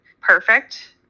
perfect